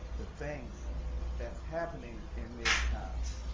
the things that's happening in this town